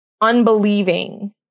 unbelieving